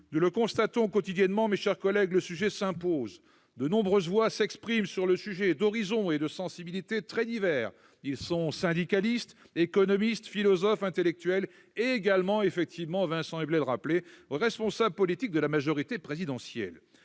Nous le constatons quotidiennement, mes chers collègues, le sujet s'impose. De nombreuses voix s'expriment, provenant d'horizons et de sensibilités très divers : syndicalistes, économistes, philosophes, intellectuels, et également, Vincent Éblé le rappelait, responsables politiques de la majorité présidentielle.